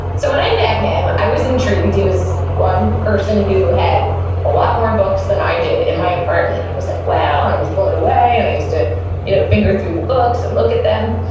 so when i met him, i was intrigued, he was one person who had a lot more books than i did in my apartment. i was like, well, and i was blown away, and i used to you know finger through the books, and look at them.